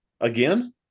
again